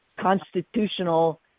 constitutional